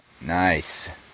Nice